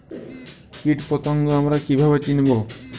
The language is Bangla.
কীটপতঙ্গ আমরা কীভাবে চিনব?